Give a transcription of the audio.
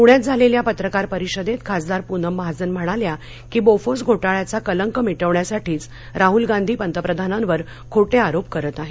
पुण्यात झालेल्या पत्रकार परिषदेत खासदार पुनम महाजन म्हणाल्या की बोफोर्स घो ाळ्याचा कलंक मि बेण्यासाठीच राहल गाधी पतप्रधानावर खो आरोप करत आहेत